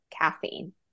caffeine